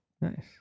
Nice